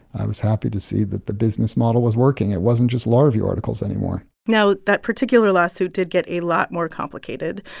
i was happy to see that the business model was working, it wasn't just law review articles anymore now, that particular lawsuit did get a lot more complicated.